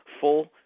Full